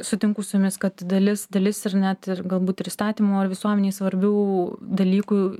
sutinku su jumis kad dalis dalis ir net ir galbūt ir įstatymų ar visuomenei svarbių dalykų